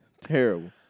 Terrible